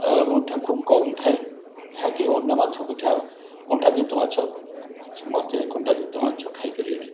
ର କଣ୍ଟା ମଧ୍ୟ ଖୁବ କମ୍ ଥାଏ ଯାହାକି ଅନ୍ୟ ମାଛ ଅପେକ୍ଷା କଣ୍ଟାଯୁକ୍ତ ମାଛ ସମସ୍ତେ କଣ୍ଟାଯୁକ୍ତ ମାଛ ଖାଇପାରିବେ ନାହିଁ